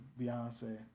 Beyonce